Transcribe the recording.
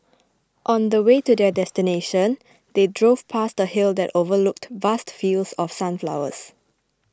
on the way to their destination they drove past a hill that overlooked vast fields of sunflowers